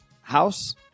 House